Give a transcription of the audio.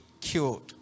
cured